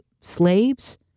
slaves